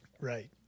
Right